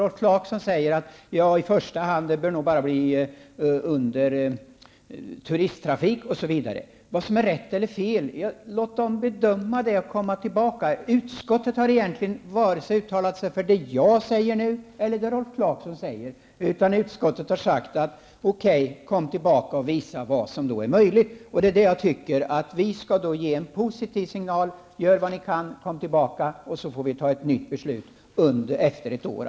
Rolf Clarkson säger att banan bör nog i första hand bibehållas för turisttrafik. Låt utredarna bedöma vad som är rätt eller fel och sedan komma tillbaka! Utskottet har inte uttalat sig vare sig för det jag säger eller för det Rolf Clarkson säger, utan utskottet har sagt: Okej, kom tillbaka och visa vad som är möjligt. Jag tycker att vi skall ge en positiv signal: Gör vad ni kan, kom sedan tillbaka, och så får vi fatta ett nytt beslut efter ett år.